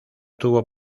tuvo